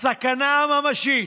הסכנה הממשית,